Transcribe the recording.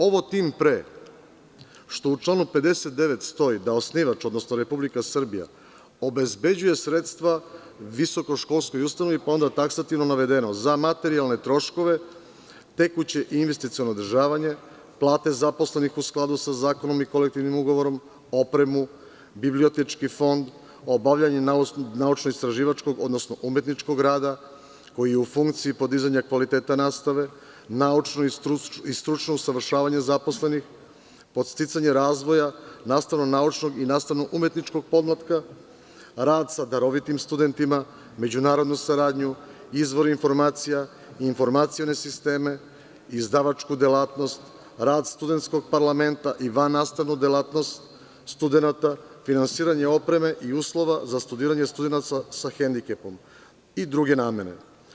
Ovo tim pre što u članu 59. stoji da osnivač, odnosno Republika Srbija, obezbeđuje sredstva visokoškolskoj ustanovi, pa se onda taksativno navodi – za materijalne troškove, tekuće i investiciono održavanje, plate zaposlenih u skladu sa zakonom i kolektivnim ugovorom, opremu, bibliotečki fond, obavljanje naučno-istraživačkog odnosno umetničkog rada koji je u funkciji podizanja kvaliteta rasprave, naučno i stručno usavršavanje zaposlenih, podsticanje razvoja, nastavno-naučnog i nastavno-umetničkog podmlatka, rad sa darovitim studentima, međunarodnu saradnju, izvore informacija, informacione sisteme, izdavačku delatnost, rad studentskog parlamenta i vannastavnu delatnost studenata, finansiranje opreme, uslova za studiranje studenata sa hendikepom i druge namene.